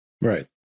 Right